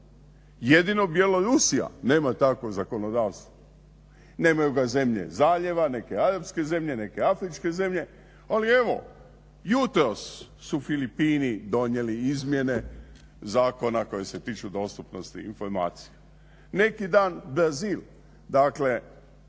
jedini Bjelorusija nema takvo zakonodavstvo, nemaju ga zemlje Zaljeva, neke arapske zemlje, neke afričke zemlje, ali evo jutros su Filipini donijeli izmjene zakona koje se tiču dostupnosti informacija, neki dan Brazil. Dakle